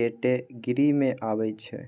category मे अबै छै